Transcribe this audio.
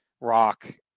rock